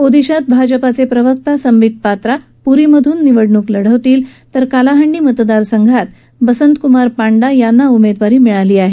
ओदिशात भाजपाचे प्रवक्ता संबित पात्रा पुरीमधून निवडणूक लढवतील तर कालाहांडी मतदारसंघात बसंत कुमार पांडा यांना उमेदवारी मिळाली आहे